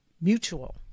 mutual